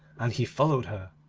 and he followed her.